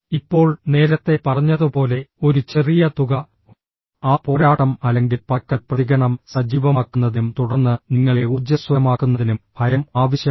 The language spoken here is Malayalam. ഇപ്പോൾ നേരത്തെ പറഞ്ഞതുപോലെ ഒരു ചെറിയ തുക ആ പോരാട്ടം അല്ലെങ്കിൽ പറക്കൽ പ്രതികരണം സജീവമാക്കുന്നതിനും തുടർന്ന് നിങ്ങളെ ഊർജ്ജസ്വലമാക്കുന്നതിനും ഭയം ആവശ്യമാണ്